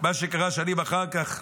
מה שקרה שנים אחר כך,